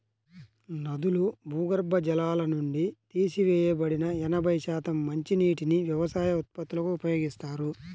నదులు, భూగర్భ జలాల నుండి తీసివేయబడిన ఎనభై శాతం మంచినీటిని వ్యవసాయ ఉత్పత్తులకు ఉపయోగిస్తారు